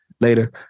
later